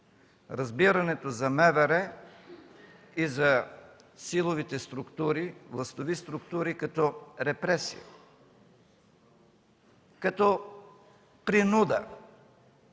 разбирането за МВР и за силовите властови структури като репресия, като принуда,